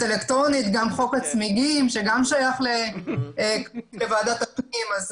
וחוק הצמיגים שגם הוא שייך לוועדת הפנים.